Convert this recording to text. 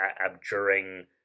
abjuring